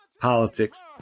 politics